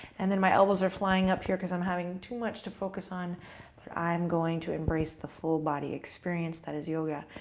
and then my elbows are flying up here because i'm having too much to focus on, but i'm going to embrace the full body experience that is yoga.